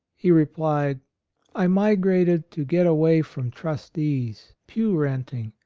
he replied i migrated to get away from trustees, pew renting,